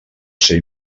ser